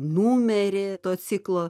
numerį to ciklo